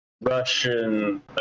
Russian